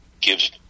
gives